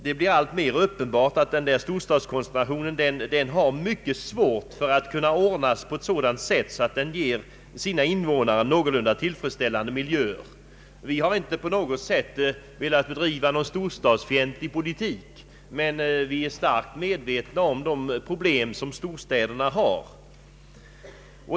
Det blir allt mer uppenbart hur svårt det är att ordna denna storstadskoncentration så att invånarna bereds någorlunda tillfredsställande miljöer. Vi har inte på något sätt velat bedriva en storstadsfientlig politik men är starkt medvetna om de problem som finns i storstäderna.